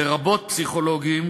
לרבות פסיכולוגים,